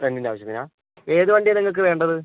റെൻറ്റിൻ്റ ആവശ്യത്തിനാണോ ഏത് വണ്ടിയാണ് നിങ്ങൾക്ക് വേണ്ടത്